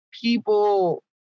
people